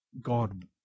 God